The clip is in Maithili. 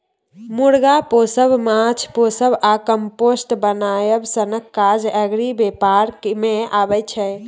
मुर्गा पोसब, माछ पोसब आ कंपोस्ट बनाएब सनक काज एग्री बेपार मे अबै छै